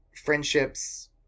friendships